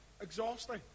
Exhausting